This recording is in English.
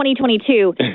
2022